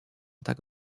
tak